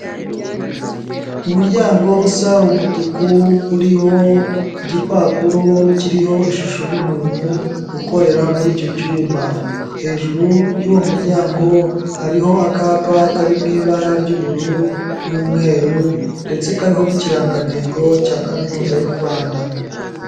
Umuryango usa umutuku, uriho igipapuro kiriho ishusho y'umuntu ukorera muri icyo cyumba. Hejuru y'uwo muryango hariho akapa kari mu ibara ry'ubururu n'umweru ndetse kariho n'ikirangantego cya kaminuza y'u Rwanda.